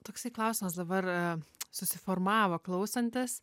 toksai klausimas dabar susiformavo klausantis